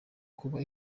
kuba